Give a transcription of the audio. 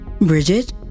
Bridget